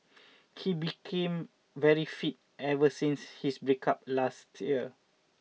he became very fit ever since his breakup last year